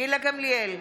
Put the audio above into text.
גילה גמליאל,